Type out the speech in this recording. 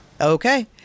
Okay